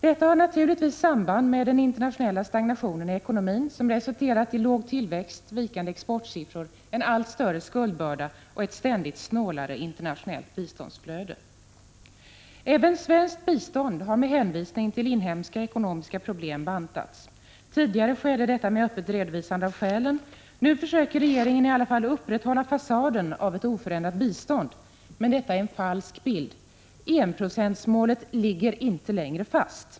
Detta har naturligtvis samband med den internationella stagnationen i ekonomin som resulterat i låg tillväxt, vikande exportsiffror, en allt större skuldbörda och ett ständigt snålare internationellt biståndsflöde. Även svenskt bistånd har med hänvisning till inhemska ekonomiska problem bantats. Tidigare skedde detta med öppet redovisande av skälen. Nu försöker regeringen i alla fall upprätthålla fasaden av ett oförändrat bistånd, men detta är en falsk bild. Enprocentsmålet ligger inte längre fast.